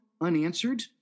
unanswered